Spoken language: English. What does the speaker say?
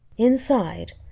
Inside